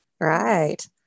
right